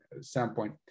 standpoint